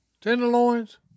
tenderloins